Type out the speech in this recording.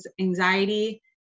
anxiety